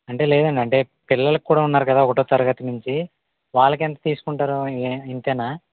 అంటే లేదండి అంటే పిల్లలకు కూడా ఉన్నారు కదా ఒకటో తరగతి నుంచి వాళ్లకు ఎంత తీసుకుంటారు ఇ ఇంతేనా